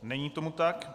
Není tomu tak.